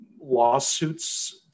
lawsuits